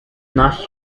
not